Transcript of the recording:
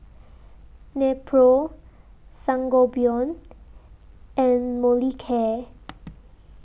Nepro Sangobion and Molicare